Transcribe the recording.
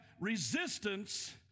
resistance